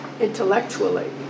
intellectually